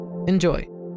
Enjoy